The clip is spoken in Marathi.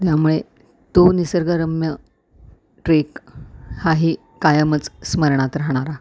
त्यामुळे तो निसर्गरम्य ट्रेक हा ही कायमच स्मरणात राहणारा